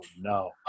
no